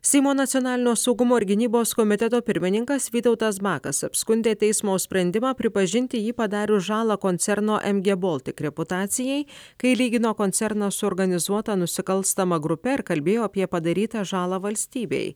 seimo nacionalinio saugumo ir gynybos komiteto pirmininkas vytautas bakas apskundė teismo sprendimą pripažinti jį padarius žalą koncerno em gė boltik reputacijai kai lygino koncerną su organizuota nusikalstama grupe ir kalbėjo apie padarytą žalą valstybei